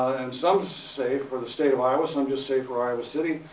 and some say for the state of iowa, some just say for iowa city.